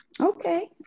Okay